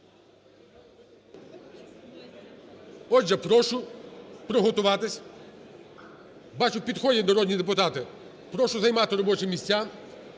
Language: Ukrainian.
Отже, прошу приготуватись. Бачу, підходять народні депутати. Прошу займати робочі місця.